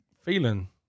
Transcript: feeling